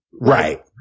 Right